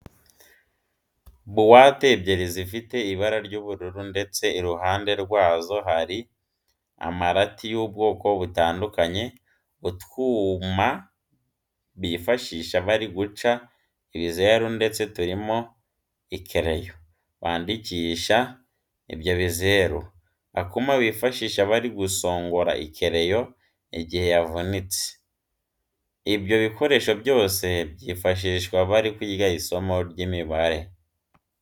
Buwate ebyiri zifite ibara ry'ubururu ndetse iruhande rwazo hari amarati y'ubwoko butandukanye, utwuma bifashisha bari guca ibizeru ndetse turimo ikereyo bandikisha ibyo bizeru, akuma bifashisha bari gusongora ikereyo igihe yavunitse. Ibyo bikoresho byose byifashishwa bari kwiga isomo ry'imibare.